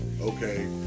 okay